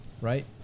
Right